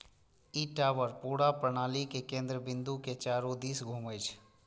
ई tower पूरा प्रणालीक केंद्र बिंदु के चारू दिस घूमै छै